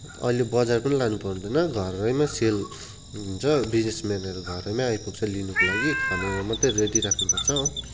अहिले बजार पनि लान पर्दैन घरैमा सेल हुन्छ बिजनेसमेनहरू घरैमा आइपुग्छ लिनको लागि खनेर मात्रै रेडी राख्नपर्छ हो